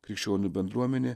krikščionių bendruomenė